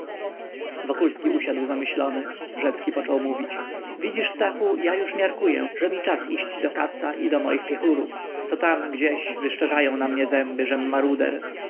wokulski usiadł zamyślony rzecki począł mówić widzisz stachu ja już miarkuję że mi czas iść do katza i do moich piechurów co tam gdzieś wyszczerzają na mnie zęby żem maruder